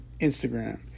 instagram